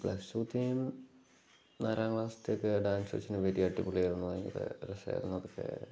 അപ്പം plus two theme നാലാം class ഒക്കെ ഡാൻസ് വെച്ചതിന് വെരി അടിപൊളിയായിരുന്നു